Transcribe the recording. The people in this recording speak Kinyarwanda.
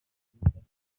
igisirikare